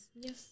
Yes